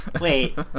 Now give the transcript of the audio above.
Wait